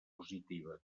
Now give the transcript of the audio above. positiva